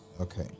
okay